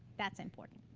that's important.